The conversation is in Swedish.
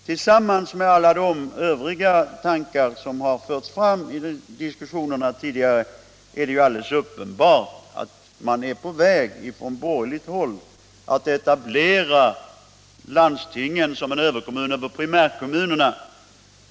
Tillsammans med alla de övriga tankar som har förts fram vid diskussionerna tidigare är det alldeles uppenbart att man på borgerligt håll är på väg att etablera landstingen som primärkommunernas överkommuner.